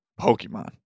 Pokemon